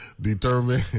determine